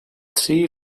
three